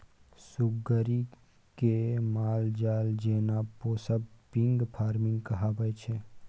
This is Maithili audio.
सुग्गरि केँ मालजाल जेना पोसब पिग फार्मिंग कहाबै छै